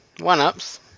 one-ups